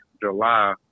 July